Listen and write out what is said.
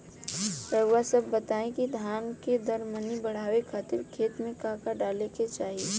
रउआ सभ बताई कि धान के दर मनी बड़ावे खातिर खेत में का का डाले के चाही?